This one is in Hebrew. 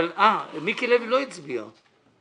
קונות יותר גדול והן לא צריכות את הגדול.